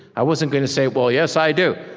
i wasn't gonna say, well, yes, i do.